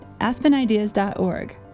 aspenideas.org